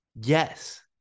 Yes